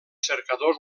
cercadors